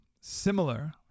similar